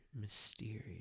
mysterious